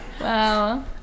Wow